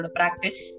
practice